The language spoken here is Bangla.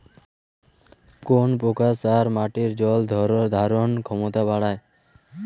কোন প্রকার সার মাটির জল ধারণ ক্ষমতা বাড়ায়?